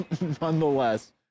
Nonetheless